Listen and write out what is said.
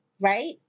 right